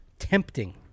tempting